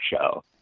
show